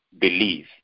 believe